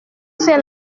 sait